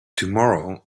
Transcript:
tomorrow